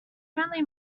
friendly